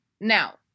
Now